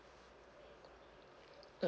mm